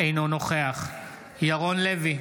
אינו נוכח ירון לוי,